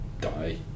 die